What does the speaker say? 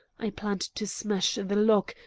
i planned to smash the lock,